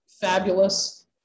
fabulous